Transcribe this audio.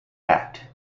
act